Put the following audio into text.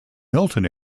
milton